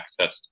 accessed